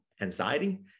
anxiety